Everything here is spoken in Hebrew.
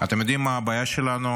אתם יודעים מה הבעיה שלנו?